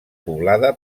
poblada